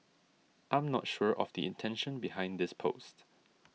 I'm not sure of the intention behind this post